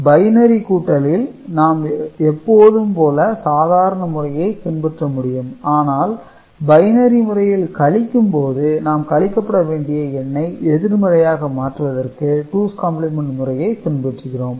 binary கூட்டலில் நாம் எப்போதும் போல சாதாரண முறையை பின்பற்ற முடியும் ஆனால் பைனரி முறையில் கழிக்கும்போது நாம் கழிக்கப்பட வேண்டிய எண்ணை எதிர்மறையாக மாற்றுவதற்காக டூஸ் காம்பிளிமெண்ட் முறையை பின்பற்றுகிறோம்